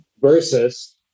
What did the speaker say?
Versus